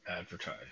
advertise